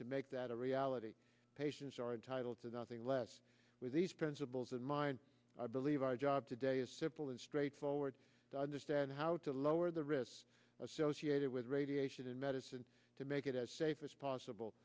to make that a reality patients are entitled to nothing less with these principles in mind i believe our job today is simple and straightforward to understand how to lower the risks associated with radiation and medicine to make it as safe as possible